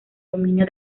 dominio